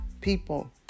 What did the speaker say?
people